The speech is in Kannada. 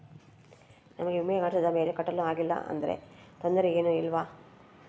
ನಮಗೆ ವಿಮೆ ಮಾಡಿಸಿದ ಮೇಲೆ ಕಟ್ಟಲು ಆಗಿಲ್ಲ ಆದರೆ ತೊಂದರೆ ಏನು ಇಲ್ಲವಾ?